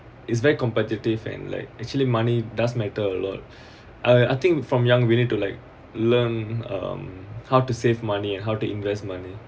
it's very competitive and like actually money does matter a lot I I think from young you need to like learn um how to save money and how to invest money